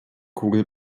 kugel